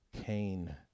Cain